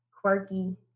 quirky